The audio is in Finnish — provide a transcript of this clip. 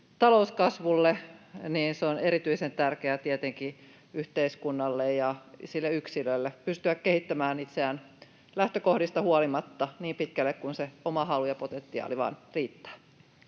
talouskasvulle myös erityisen tärkeää tietenkin yhteiskunnalle ja siellä yksilölle — pystyä kehittämään itseään lähtökohdista huolimatta niin pitkälle kuin oma halu ja potentiaali vain riittävät.